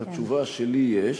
את התשובה שיש לי.